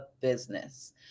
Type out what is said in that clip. Business